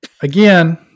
again